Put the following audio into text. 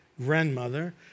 grandmother